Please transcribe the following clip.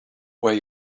were